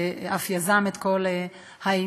שאף יזם את כל העניין,